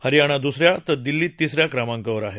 हरयाणा दुसऱ्या तर दिल्ली तिसऱ्या क्रमांकावर आहे